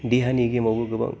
देहानि गेम आवबो गोबां